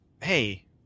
hey